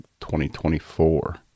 2024